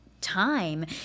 Time